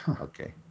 Okay